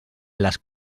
les